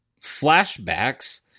flashbacks